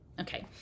Okay